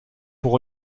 pour